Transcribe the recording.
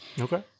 Okay